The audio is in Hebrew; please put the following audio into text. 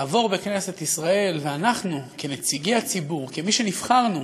בכנסת ישראל, ואנחנו, כנציגי הציבור, כמי שנבחרנו